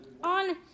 on